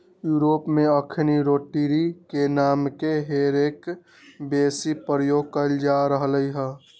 Europe में अखनि rotary रे नामके हे रेक बेशी प्रयोग कएल जा रहल हइ